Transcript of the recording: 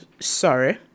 sorry